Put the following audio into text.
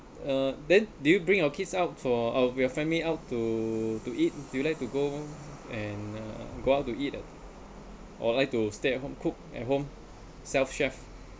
uh then did you bring your kids out for our your family out to to eat do you like to go and uh go out to eat or like to stay at home cook at home self chef